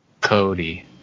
Cody